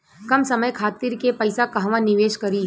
कम समय खातिर के पैसा कहवा निवेश करि?